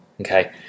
okay